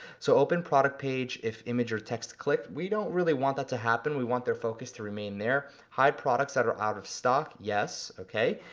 so open product page if image or text is clicked, we don't really want that to happen, we want their focus to remain there. high products that are out of stock, yes, okay.